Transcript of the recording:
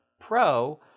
Pro